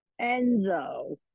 Enzo